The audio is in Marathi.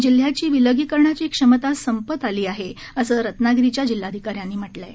जिल्ह्याची विलगीकरणाची क्षमता संपत आल्याचं रत्नागिरीच्या जिल्हाधिकाऱ्यांनी म्हटलं आहे